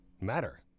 matter